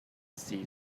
see